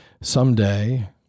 someday